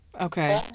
Okay